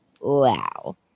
wow